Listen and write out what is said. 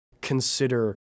consider